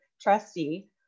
trustee